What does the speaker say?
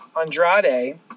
Andrade